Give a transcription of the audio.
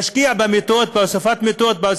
היא אם אנחנו מעלים את זה על דוכן הכנסת או לא,